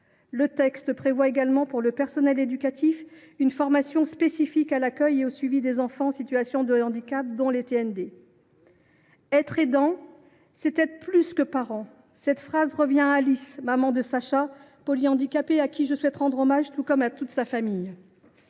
Le texte prévoit également, pour le personnel éducatif, une formation spécifique à l’accueil et au suivi des enfants en situation de handicap, dont ceux qui souffrent de TND. « Être aidant, c’est être plus que parent. » Tels sont les mots que m’a adressés Alice, mère de Sacha, polyhandicapé, à qui je souhaite rendre hommage tout comme à toute sa famille.